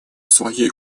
своей